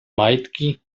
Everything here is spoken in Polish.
majtki